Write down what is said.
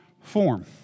form